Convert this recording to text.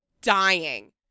dying